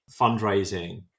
fundraising